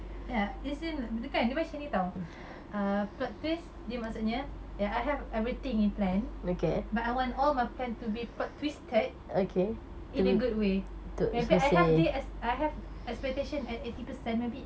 ya as in dia kan dia macam ni [tau] err plot twist dia maksudnya ya I have everything in plan but I want all my plan to be plot twisted in a good way maybe I have thi~ ex~ I have expectation at eighty percent maybe